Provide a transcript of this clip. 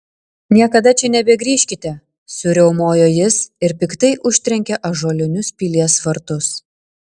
niekad čia nebegrįžkite suriaumojo jis ir piktai užtrenkė ąžuolinius pilies vartus